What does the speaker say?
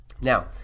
Now